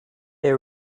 they